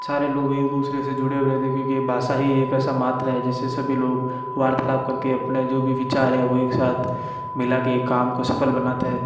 सारे लोग एक दूसरे से जुड़े हुए रहते क्योंकि भाषा ही एक ऐसा मात्र है जिससे सभी लोग वार्तालाप करके अपने जो भी विचार है वो एक साथ मिला कर काम को सफल बनाते हैं